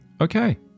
Okay